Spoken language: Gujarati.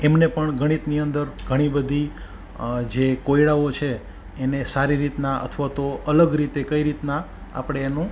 એમને પણ ગણિતની અંદર ઘણી બધી જે કોયડાઓ છે એને સારી રીતના અથવા તો અલગ રીતે કઈ રીતના આપણે એનું